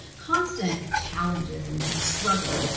constant challenges and and struggles,